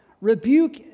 rebuke